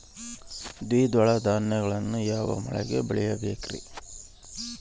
ದ್ವಿದಳ ಧಾನ್ಯಗಳನ್ನು ಯಾವ ಮಳೆಗೆ ಬೆಳಿಬೇಕ್ರಿ?